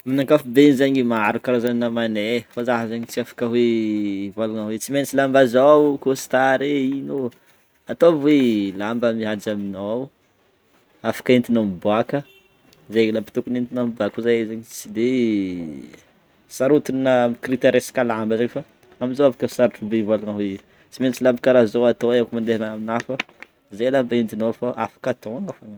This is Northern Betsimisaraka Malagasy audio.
Amin'ny ankapobeny zegny maro karazana ny namanay e, fa za zegny tsy afaka hoe ivolagna hoe tsy maintsy lamba zao costard e ino, atovy hoe lamba mihaja aminao, afaka entinao miboaka zegny lamba tokony ho entinao miboaka fa za io zegny tsy de sarotiny na am' critère resaka lamba zegny fa am'zao efa ka sarotra bé ivolagna hoe tsy maintsy lamba karahan'zao ato ai rehefa mandeha aminah fa zegny lamba etinao fô afaka atonao fognany.